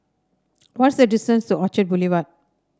what is the distance to Orchard Boulevard